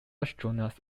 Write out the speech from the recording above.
astronauts